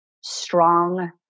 strong